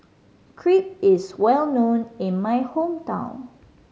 crepe is well known in my hometown